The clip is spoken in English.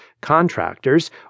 contractors